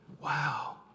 Wow